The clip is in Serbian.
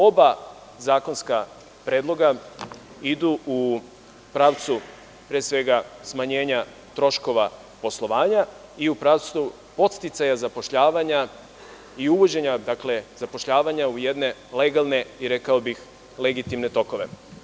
Oba zakonska predloga idu u pravcu smanjenja troškova poslovanja i u pravcu podsticaja zapošljavanja i uvođenja zapošljavanja u jedne legalne i legitimne tokove.